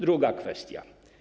Druga kwestia.